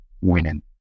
winning